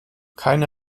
keine